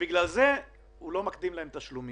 בגלל זה הוא לא מקדים להם תשלומים.